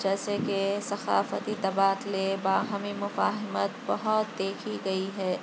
جیسے کہ ثقافتی تبادلے باہمی مفاہمت بہت دیکھی گئی ہے